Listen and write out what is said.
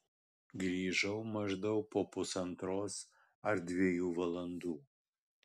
grįžau maždaug po pusantros ar dviejų valandų